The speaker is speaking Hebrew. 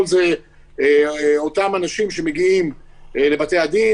אלה אותם אנשים שמגיעים לבתי-הדין,